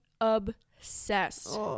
obsessed